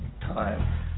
time